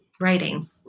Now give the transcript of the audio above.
writing